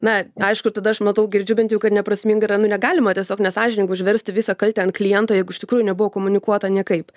na aišku tada aš matau girdžiu bent jau kad neprasminga yra nu negalima tiesiog nesąžininga užversti visą kaltę ant kliento jeigu iš tikrųjų nebuvo komunikuota niekaip